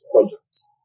projects